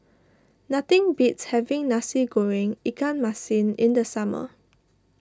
nothing beats having Nasi Goreng Ikan Masin in the summer